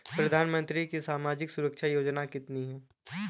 प्रधानमंत्री की सामाजिक सुरक्षा योजनाएँ कितनी हैं?